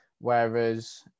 Whereas